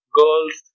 girls